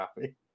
happy